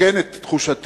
מתקן את תחושתי,